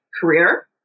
career